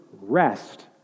rest